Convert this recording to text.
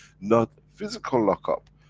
not physical lock up,